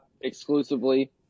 exclusively